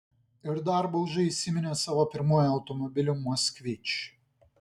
ir dar bauža įsiminė savo pirmuoju automobiliu moskvič